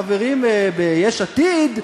חברים ביש עתיד,